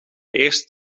eerst